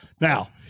Now